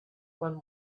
one